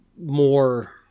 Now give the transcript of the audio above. more